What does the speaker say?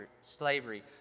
slavery